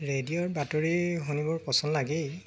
ৰেডিঅ'ৰ বাতৰি শুনি মোৰ পচন্দ লাগেই